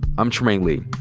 i'm trymaine lee.